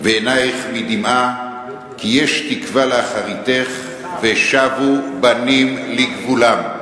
ועינייך מדמעה כי יש תקווה לאחריתך ושבו בנים לגבולם.